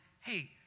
hey